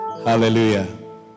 Hallelujah